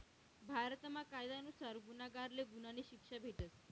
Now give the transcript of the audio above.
भारतमा कायदा नुसार गुन्हागारले गुन्हानी शिक्षा भेटस